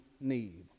need